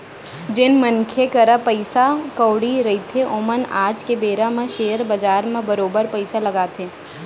जेन मनखे करा पइसा कउड़ी रहिथे ओमन आज के बेरा म सेयर बजार म बरोबर पइसा लगाथे